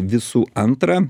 visų antra